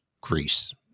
Greece